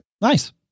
Nice